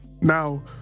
Now